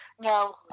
No